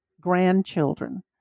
grandchildren